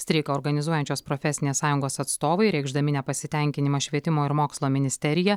streiką organizuojančios profesinės sąjungos atstovai reikšdami nepasitenkinimą švietimo ir mokslo ministerija